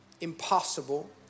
impossible